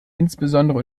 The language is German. insbesondere